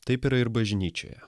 taip yra ir bažnyčioje